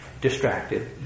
distracted